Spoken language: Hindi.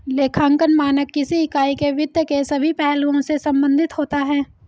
लेखांकन मानक किसी इकाई के वित्त के सभी पहलुओं से संबंधित होता है